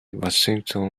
washington